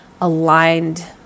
aligned